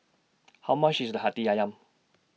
How much IS Hati Ayam